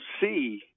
see